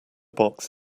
box